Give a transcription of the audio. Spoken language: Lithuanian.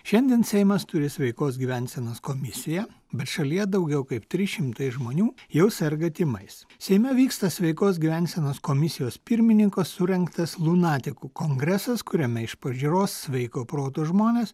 šiandien seimas turi sveikos gyvensenos komisiją bet šalyje daugiau kaip trys šimtai žmonių jau serga tymais seime vyksta sveikos gyvensenos komisijos pirmininko surengtas lunatikų kongresas kuriame iš pažiūros sveiko proto žmonės